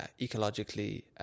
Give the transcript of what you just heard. ecologically